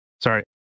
Sorry